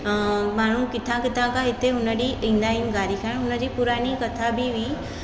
माण्हू किथा किथा खां हिते हुन ॾींहं ईंदा आहिनि घारी खाइण उन्हनि जी पूरानी कथा बि हुई